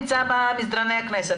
היום הנושא הזה כן נמצא במסדרונות הכנסת,